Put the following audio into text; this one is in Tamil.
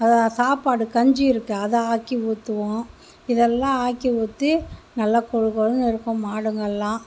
சாப்பாடு கஞ்சி இருக்கு அதை ஆக்கி ஊற்றுவோம் இதெல்லாம் ஆக்கி ஊற்றி நல்லா கொழு கொழுன்னு இருக்கும் மாடுங்கல்லாம்